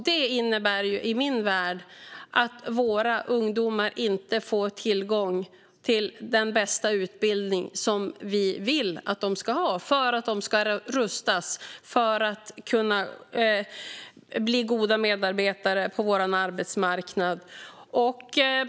Det innebär i min värld att våra ungdomar inte får tillgång till den bästa utbildning som vi vill att de ska ha för att rustas till att bli goda medarbetare på vår arbetsmarknad.